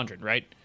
right